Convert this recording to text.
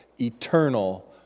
eternal